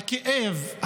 הכאב,